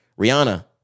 Rihanna